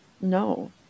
no